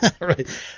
Right